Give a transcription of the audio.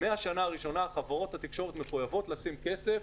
מהשנה הראשונה חברות התקשורת מחויבות לשים כסף